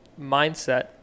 mindset